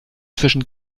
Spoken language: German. zwischen